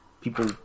people